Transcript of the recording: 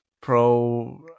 pro